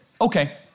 Okay